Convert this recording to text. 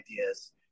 ideas